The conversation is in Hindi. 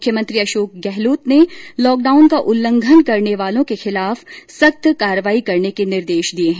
मुख्यमंत्री अशोक गहलोत ने लॉकडाउन का उल्लंघन करने वालों के खिलाफ सख्त कार्रवाई करने के निर्देश दिए है